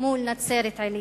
מול נצרת-עילית?